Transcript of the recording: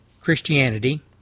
Christianity